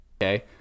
okay